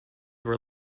were